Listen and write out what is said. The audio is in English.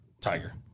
Tiger